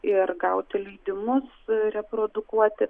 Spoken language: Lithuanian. ir gauti leidimus reprodukuoti